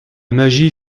magie